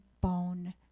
bone